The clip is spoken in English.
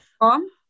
mom